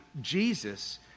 Jesus